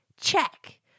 check